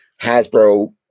Hasbro